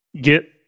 Get